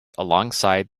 alongside